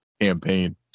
campaign